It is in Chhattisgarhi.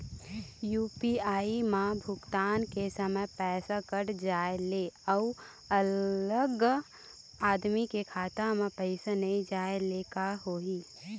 यू.पी.आई म भुगतान के समय पैसा कट जाय ले, अउ अगला आदमी के खाता म पैसा नई जाय ले का होही?